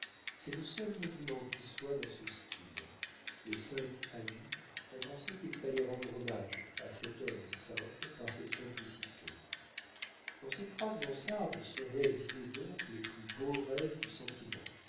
c'est le seul monument qui soit dans ce style les cinq amis ont pensé qu'il fallait rendre hommage à cet homme simple par cette simplicité dans cette froide mansarde se réalisaient donc les plus beaux rêves du sentiment